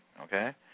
okay